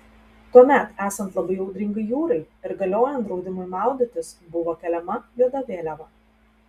tuomet esant labai audringai jūrai ir galiojant draudimui maudytis buvo keliama juoda vėliava